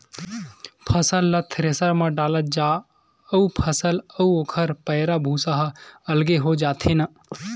फसल ल थेरेसर म डालत जा अउ फसल अउ ओखर पैरा, भूसा ह अलगे हो जाथे न